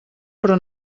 però